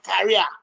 career